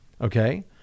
Okay